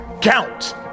count